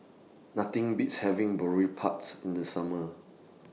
Nothing Beats having Boribap's in The Summer